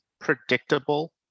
predictable